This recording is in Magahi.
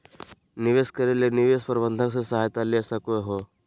निवेश करे ले निवेश प्रबंधक से सहायता ले सको हो